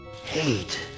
Hate